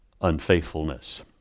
unfaithfulness